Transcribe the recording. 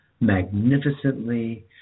magnificently